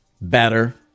better